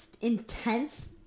intense